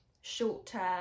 short-term